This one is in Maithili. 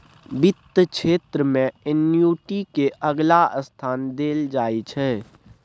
बित्त क्षेत्र मे एन्युटि केँ अलग स्थान देल जाइ छै